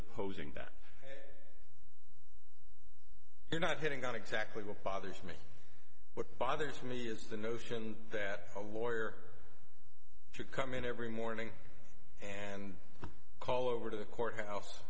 opposing that you're not hitting on exactly what bothers me what bothers me is the notion that a lawyer should come in every morning and call over to the courthouse